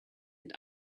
and